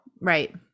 Right